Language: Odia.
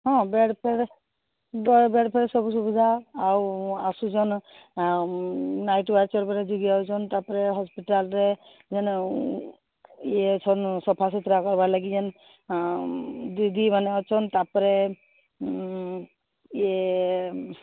ହଁ ବେଡ୍ ଫେଡ୍ ବେଡ୍ ଫେଡ୍ ସବୁ ସୁବିଧା ଆଉ ଆସୁଛନ୍ତି ନାଇଟ୍ ୱାଚର୍ ପରେ ଯଗି ଯାଉଛନ୍ତି ତାପରେ ହସ୍ପିଟାଲରେ ଯେଉଁ ଇଏ ଅଛନ୍ତି ସଫା ସୁୁତୁରା କରିବାର ଲାଗି ଯେଉଁ ଦିଦି ମାନେ ଅଛନ୍ତି ତାପରେ ଇଏ